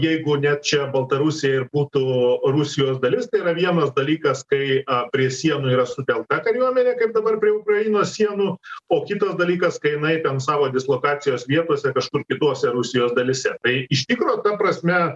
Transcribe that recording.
jeigu ne čia baltarusija ir būtų rusijos dalis tai yra vienas dalykas kai prie sienų yra sutelkta kariuomenė kaip dabar prie ukrainos sienų o kitas dalykas kai jinai ten savo dislokacijos vietose kažkur kitose rusijos dalyse tai iš tikro ta prasme